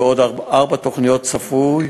ועוד ארבע תוכניות צפוי